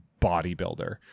bodybuilder